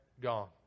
gone